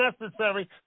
necessary